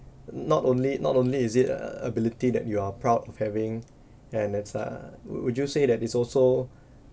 not only not only is it a ability that you are proud of having and it's uh would you say that is also